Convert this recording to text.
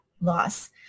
loss